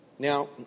Now